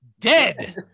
dead